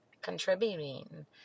contributing